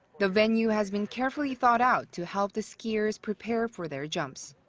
the venue has been carefully thought-out to help the skiers prepare for their jumps.